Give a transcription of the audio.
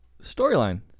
storyline